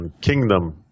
kingdom